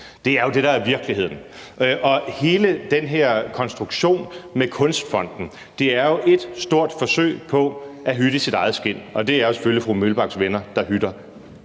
Det er jo det, der er virkeligheden. Og hele den her konstruktion med Kunstfonden er jo et stort forsøg på at hytte sit eget skind, og det er selvfølgelig fru Charlotte Broman Mølbaks venner, der hytter